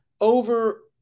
over